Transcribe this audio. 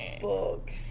book